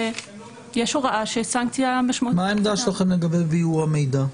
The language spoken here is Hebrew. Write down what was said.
יש הוראה שיש סנקציה משמעותית -- מה העמדה שלכם לגבי דיור המידע?